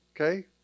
Okay